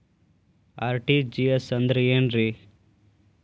RTGS ಅಂದ್ರ ಏನ್ರಿ?